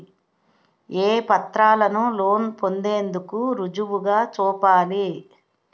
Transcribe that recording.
ఏ పత్రాలను లోన్ పొందేందుకు రుజువుగా చూపాలి?